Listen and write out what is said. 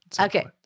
okay